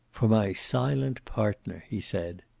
for my silent partner! he said.